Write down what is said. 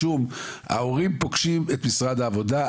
ההורים פוגשים את משרד העבודה,